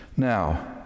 Now